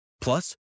Plus